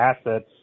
assets